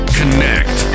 connect